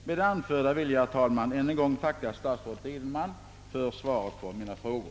Med det anförda vill jag, herr talman, än en gång tacka statsrådet Edenman för svaret på mina frågor.